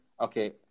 okay